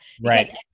Right